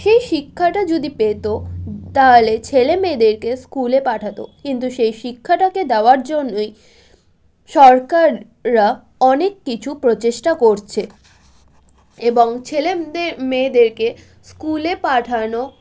সেই শিক্ষাটা যদি পেতো তাহলে ছেলে মেয়েদেরকে স্কুলে পাঠাতো কিন্তু সেই শিক্ষাটাকে দেওয়ার জন্যই সরকাররা অনেক কিছু প্রচেস্টা করছে এবং ছেলেদের মেয়েদেরকে স্কুলে পাঠানো